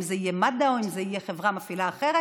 אם זה יהיה מד"א או אם זו תהיה חברה מפעילה אחרת,